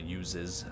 uses